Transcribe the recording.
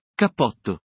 cappotto